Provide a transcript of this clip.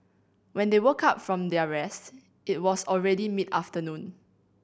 when they woke up from their rest it was already mid afternoon